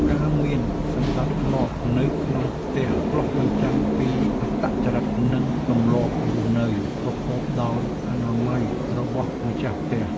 ការមានសណ្តាប់ធ្នាប់នៅក្នុងផ្ទះឆ្លុះបញ្ចាំងពីអត្តចរិតនិងទម្លាប់រស់នៅប្រកបដោយអនាម័យរបស់ម្ចាស់ផ្ទះ។